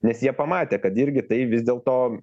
nes jie pamatė kad irgi tai vis dėlto